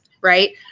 Right